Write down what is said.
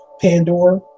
Pandora